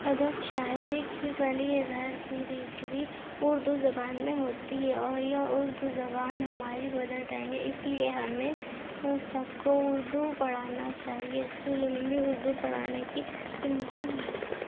ادب شاعری کی فنی اظہار اردو زبان میں ہوتی ہے اور یہ اردو زبان ہماری مدر ٹینگ ہے اس لیے ہمیں ہم سب کو اردو پڑھانا چاہیے اسکولوں میں بھی اردو پڑھانے کی پرمیشن ہے